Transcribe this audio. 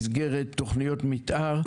במסגרת תוכניות מתאר,